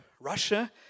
Russia